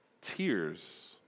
Tears